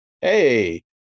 Hey